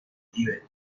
tíbet